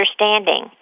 understanding